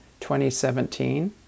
2017